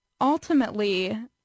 ultimately